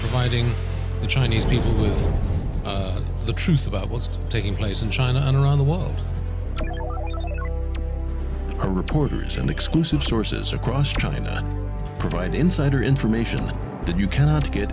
fighting the chinese people with the truth about what's taking place in china and around the world are reporters and exclusive sources across china provide insider information that you cannot get